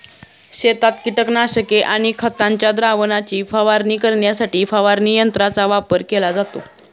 शेतात कीटकनाशके आणि खतांच्या द्रावणाची फवारणी करण्यासाठी फवारणी यंत्रांचा वापर केला जातो